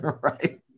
Right